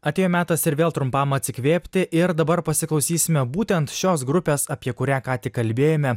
atėjo metas ir vėl trumpam atsikvėpti ir dabar pasiklausysime būtent šios grupės apie kurią ką tik kalbėjome